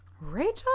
Rachel